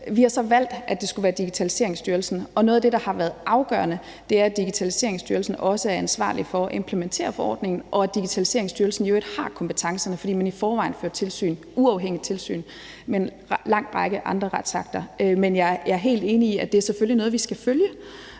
Vi har så valgt, at det skulle være Digitaliseringsstyrelsen, og noget af det, der har været afgørende for det, har været, at Digitaliseringsstyrelsen også er ansvarlig for at implementere forordningen, og at Digitaliseringsstyrelsen i øvrigt har kompetencerne, fordi man i forvejen fører uafhængigt tilsyn med en lang række andre retsakter. Men jeg er helt enig i, at det selvfølgelig er noget, vi skal følge,